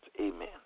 Amen